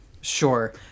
Sure